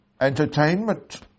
entertainment